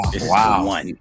Wow